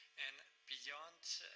and beyond